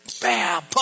bam